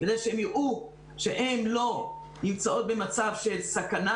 כדי שיראו שהן לא נמצאות במצב של סכנה